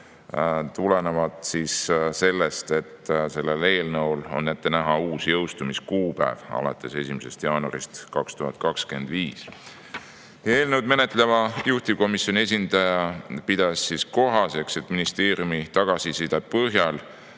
tuleneb sellest, et eelnõul on ette näha uus jõustumiskuupäev, alates 1. jaanuarist 2025. Eelnõu menetleva juhtivkomisjoni esindaja pidas kohaseks, et ministeeriumi tagasiside põhjal